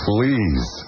Please